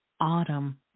autumn